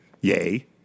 Yay